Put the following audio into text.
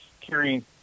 carrying